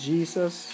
Jesus